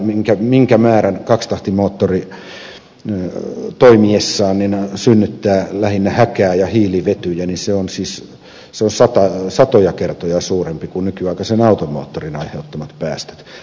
ja ne päästöt mitä kaksitahtimoottori toimiessaan synnyttää lähinnä häkää ja hiilivetyjä ovat satoja kertoja suuremmat kuin nykyaikaisen auton moottorin aiheuttamat päästöt